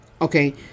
Okay